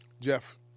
Jeff